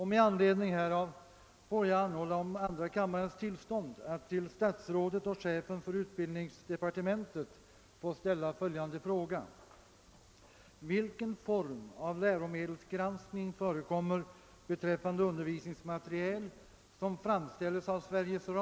Med anledning härav får jag anhålla om andra kammarens tillstånd att till statsrådet och chefen för utbildningsdepartementet få ställa följande fråga: